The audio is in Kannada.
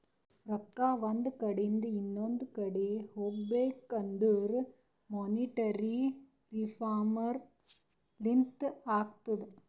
ರೊಕ್ಕಾ ಒಂದ್ ಕಡಿಂದ್ ಇನೊಂದು ಕಡಿ ಹೋಗ್ಬೇಕಂದುರ್ ಮೋನಿಟರಿ ರಿಫಾರ್ಮ್ ಲಿಂತೆ ಅತ್ತುದ್